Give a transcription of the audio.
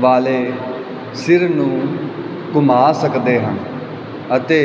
ਵਾਲੇ ਸਿਰ ਨੂੰ ਘੁੰਮਾ ਸਕਦੇ ਹਨ ਅਤੇ